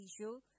issue